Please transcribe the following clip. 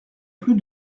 plus